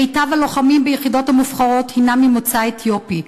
מיטב הלוחמים ביחידות המובחרות הם ממוצא אתיופי.